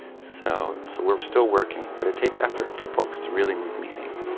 so so we are still working, but it takes effort for folks to really move meaning.